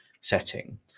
setting